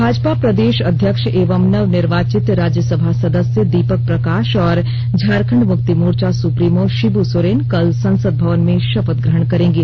भाजपा प्रदेश अध्यक्ष एवं नव निर्वाचित राज्य सभा सदस्य दीपक प्रकाश और झारखंड मुक्ति मोर्चा सुप्रीमो शिब्र सोरेन कल संसद भवन में शपथ ग्रहण करेंगे